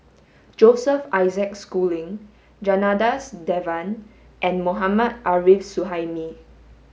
Joseph Isaac Schooling Janadas Devan and Mohammad Arif Suhaimi